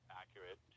accurate